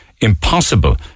Impossible